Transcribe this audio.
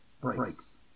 breaks